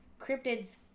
cryptids